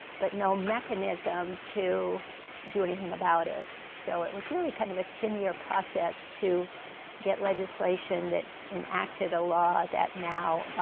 but no mechanism to do anything about it. so it was really kind of a ten year process to get legislation that will enacted a law that now,